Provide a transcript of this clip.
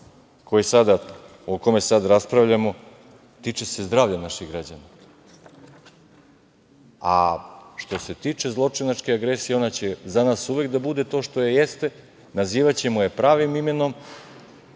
zakon o kome sada raspravljamo tiče se zdravlja naših građana. Što se tiče zločinačke agresije ona će za nas uvek da bude to što jeste. Nazivaćemo je pravim imenom.